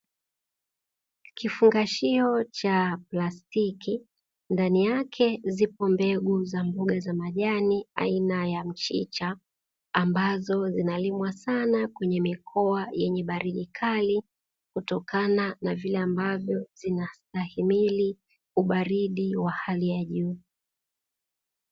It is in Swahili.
Kifungashio cha plastiki ndani yake zipo mbegu za majani aina ya mchicha, ambazo hulimwa kwenye mikoa yenye baridi kali. Kutokana na vile ambavyo hustahimili ubaridi wa hali ya juu.